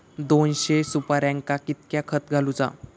दोनशे सुपार्यांका कितक्या खत घालूचा?